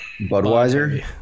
Budweiser